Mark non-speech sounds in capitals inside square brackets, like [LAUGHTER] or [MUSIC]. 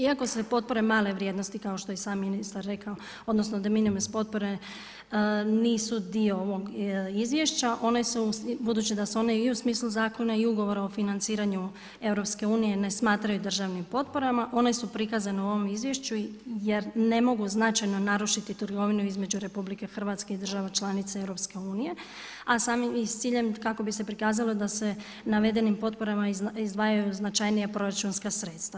Iako su potpore male vrijednosti kao što je i sam ministar rekao odnosno da … [UNINTELLIGIBLE] potpore nisu dio ovog izvješća, budući da su one i u smislu zakona i ugovora o financiranju EU-a ne smatraju državnim potporama, one su prikazane u ovom izvješću jer ne mogu značajno narušiti trgovinu između RH i država članica EU-a a s ciljem kako bi se prikazalo da se navedenim potporama izdvajaju značajnija proračunska sredstva.